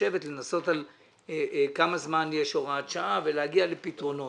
לשבת ולנסות להגיע להסכמה בעניין הוראת מעבר ולהגיע לפתרונות,